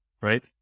right